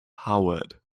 howard